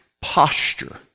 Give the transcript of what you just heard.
posture